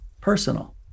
personal